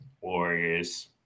Warriors